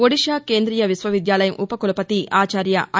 ఒడిశా కేందీయ విశ్వవిద్యాలయం ఉపకులపతి ఆచార్య ఐ